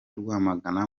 rwamagana